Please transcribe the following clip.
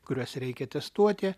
kuriuos reikia testuoti